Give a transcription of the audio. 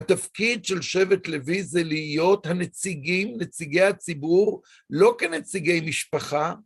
התפקיד של שבט לוי זה להיות הנציגים, נציגי הציבור, לא כנציגי משפחה.